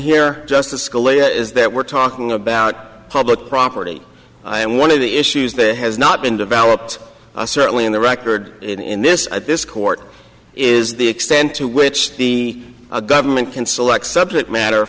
here justice scalia is that we're talking about public property and one of the issues that has not been developed certainly in the record in this at this court is the extent to which the government can select subject matter